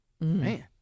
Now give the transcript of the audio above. man